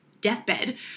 deathbed